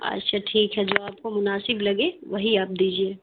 اچھا ٹھیک ہے جو آپ کو مناسب لگے وہی آپ دیجیے